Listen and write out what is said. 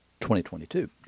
2022